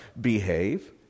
behave